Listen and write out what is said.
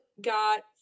got